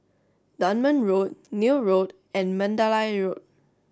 Dunman Road Neil Road and Mandalay Road